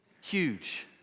huge